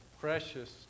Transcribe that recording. precious